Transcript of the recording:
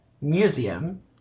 museum